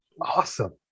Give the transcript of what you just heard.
Awesome